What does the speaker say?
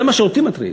זה מה שאותי מטריד: